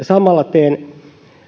samalla teen